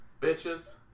bitches